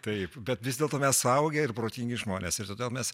taip bet vis dėlto mes suaugę ir protingi žmonės ir todėl mes